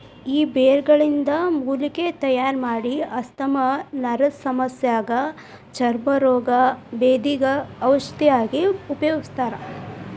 ಈ ಬೇರುಗಳಿಂದ ಮೂಲಿಕೆ ತಯಾರಮಾಡಿ ಆಸ್ತಮಾ ನರದಸಮಸ್ಯಗ ಚರ್ಮ ರೋಗ, ಬೇಧಿಗ ಔಷಧಿಯಾಗಿ ಉಪಯೋಗಿಸ್ತಾರ